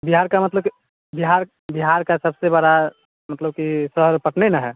बिहार का मतलब कि बिहार बिहार का सबसे बड़ा मतलब की शहर पटने ना है